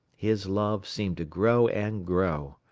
his love seemed to grow and grow.